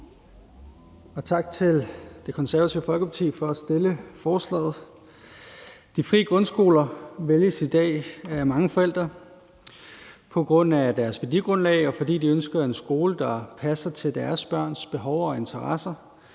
og tak til Det Konservative Folkeparti for at fremsætte forslaget. De frie grundskoler vælges i dag af mange forældre på grund af deres værdigrundlag, og fordi forældrene ønsker en skole, der passer til deres børns behov og interesser.